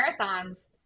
marathons